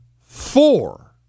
four